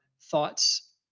thoughts